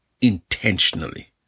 intentionally